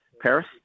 Paris